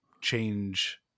change